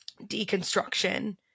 deconstruction